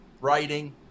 writing